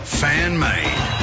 fan-made